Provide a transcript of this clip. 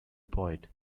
poet